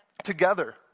together